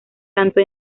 tanto